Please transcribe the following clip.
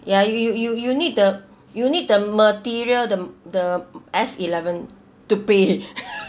ya you you you need the you need the material the the S eleven to pay